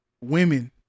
women